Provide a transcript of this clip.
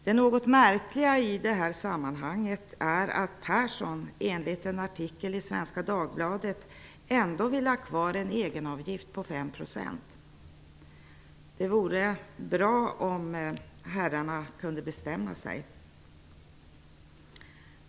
Det något märkliga i det här sammanhanget är att Göran Persson, enligt en artikel i Svenska Det vore bra om herrarna kunde bestämma sig.